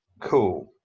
Cool